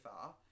far